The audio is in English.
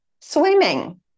swimming